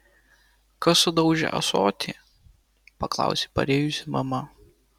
kas sudaužė ąsotį paklausė parėjusi mama